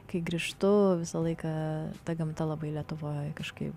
kai grįžtu visą laiką ta gamta labai lietuvoj kažkaip